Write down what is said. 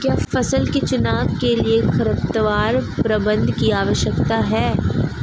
क्या फसल के चुनाव के लिए खरपतवार प्रबंधन भी आवश्यक है?